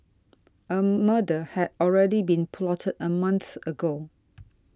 a murder had already been plotted a month ago